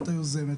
את היוזמת,